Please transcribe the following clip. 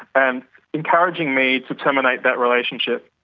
and encouraging me to terminate that relationship,